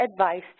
advice